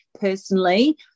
personally